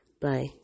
Bye